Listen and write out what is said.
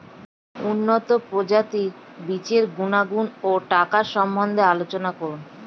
উন্নত প্রজাতির বীজের গুণাগুণ ও টাকার সম্বন্ধে আলোচনা করুন